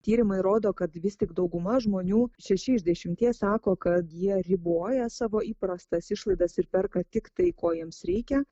tyrimai rodo kad vis tik dauguma žmonių šeši iš dešimties sako kad jie riboja savo įprastas išlaidas ir perka tik tai ko jiems reikia